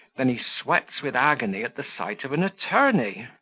then he sweats with agony at the sight of an attorney,